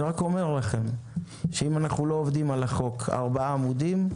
אני רק אומר לכם שאם אנחנו לא עובדים על החוק ארבעה עמודים,